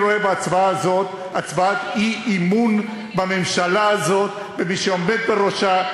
אני רואה בהצבעה הזו הצבעת אי-אמון בממשלה הזו ובמי שעומד בראשה.